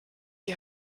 die